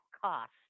cost